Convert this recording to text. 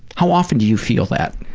how often do you feel that?